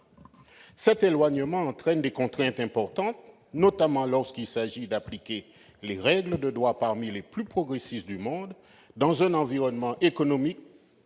qui est source de contraintes importantes, notamment lorsqu'il s'agit d'appliquer les règles de droit parmi les plus progressistes du monde dans un environnement économique